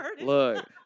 look